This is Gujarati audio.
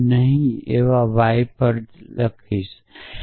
ગ્રીન y પર લખું